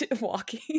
walking